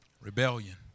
Rebellion